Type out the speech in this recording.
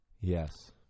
Yes